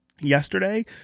Yesterday